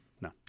No